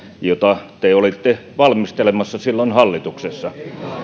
jota te olitte valmistelemassa silloin hallituksessa